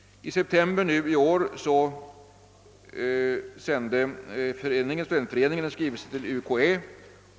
I september i år sände studentföreningen en skrivelse till UKÄ.